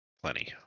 plenty